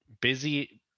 Busy